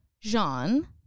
Jean